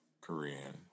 Korean